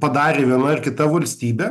padarė viena ar kita valstybė